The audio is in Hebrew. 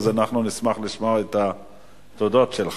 אז אנחנו נשמח לשמוע את התודות שלך.